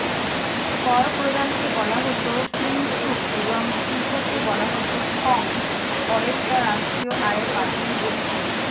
কর প্রদানকে বলা হতো পিনসুক এবং শুল্ককে বলা হত খ্রং পরেরটা রাষ্ট্রীয় আয়ের প্রাথমিক উৎস